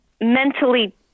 Mentally